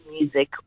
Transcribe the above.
music